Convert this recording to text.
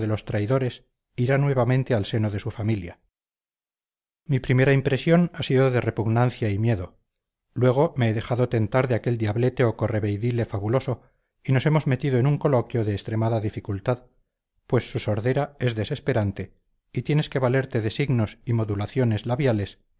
los traidores irá nuevamente al seno de su familia mi primera impresión ha sido de repugnancia y miedo luego me he dejado tentar de aquel diablete o correveidile fabuloso y nos hemos metido en un coloquio de extremada dificultad pues su sordera es desesperante y tienes que valerte de signos y modulaciones labiales